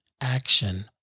action